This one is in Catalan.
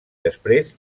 després